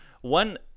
one